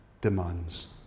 demands